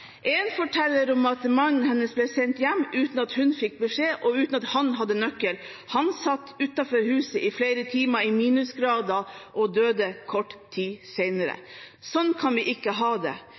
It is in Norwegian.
forteller at mannen hennes ble sendt hjem uten at hun fikk beskjed, og uten at han hadde nøkkel. Han satt utenfor huset i flere timer i minusgrader og døde kort tid senere. Sånn kan vi ikke ha det.